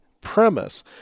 premise